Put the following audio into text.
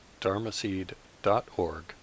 dharmaseed.org